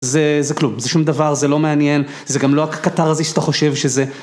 זה כלום, זה שום דבר, זה לא מעניין, זה גם לא הקתרזיס שאתה חושב שזה.